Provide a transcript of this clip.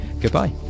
goodbye